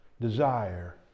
desire